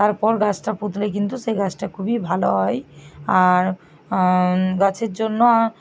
তারপর গাছটা পুঁতলে কিন্তু সে গাছটা খুবই ভালো হয় আর গাছের জন্য